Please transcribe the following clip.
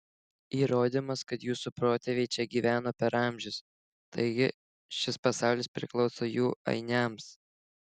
įrodymas kad jūsų protėviai čia gyveno per amžius taigi šis pasaulis priklauso jų ainiams